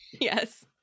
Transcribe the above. yes